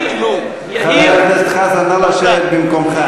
חבר הכנסת חזן, נא לשבת במקומך.